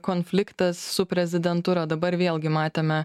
konfliktas su prezidentūra dabar vėlgi matėme